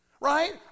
right